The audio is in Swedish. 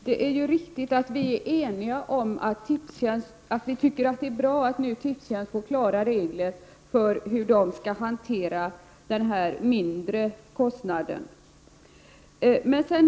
Herr talman! Det är riktigt att vi tycker att det är bra att Tipstjänst nu får klara regler för hur den här mindre kostnaden skall hanteras.